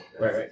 Right